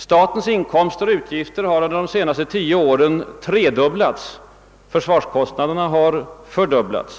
Statens inkomster och utgifter har under de senaste tio åren tredubblats, försvarskostnaderna har fördubblats.